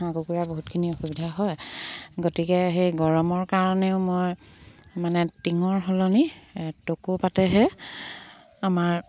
হাঁহ কুকুৰা বহুতখিনি অসুবিধা হয় গতিকে সেই গৰমৰ কাৰণেও মই মানে টিঙৰ সলনি টকৌ পাতেহে আমাৰ